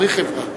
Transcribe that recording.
צריך חברה,